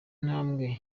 ntambwe